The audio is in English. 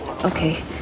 Okay